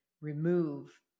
remove